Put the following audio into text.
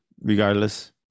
regardless